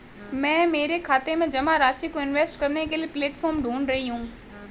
मैं मेरे खाते में जमा राशि को इन्वेस्ट करने के लिए प्लेटफॉर्म ढूंढ रही हूँ